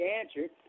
answered